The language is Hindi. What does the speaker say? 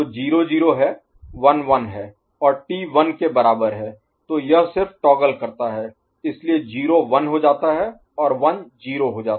तो 0 0 है 1 1 है और T 1 के बराबर है तो यह सिर्फ टॉगल करता है इसलिए 0 1 हो जाता है और 1 0 हो जाता है